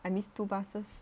I missed two buses